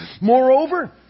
Moreover